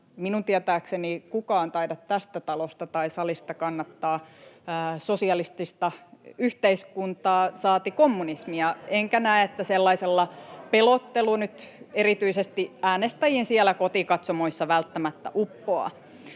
minun tietääkseni taida kukaan tästä talosta tai salista kannattaa sosialistista yhteiskuntaa, [Juha Mäenpää: Uskooko se yhteisvelkaan?] saati kommunismia, enkä näe, että sellaisella pelottelu nyt erityisesti äänestäjiin siellä kotikatsomoissa välttämättä uppoaa.